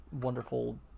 wonderful